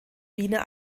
wiener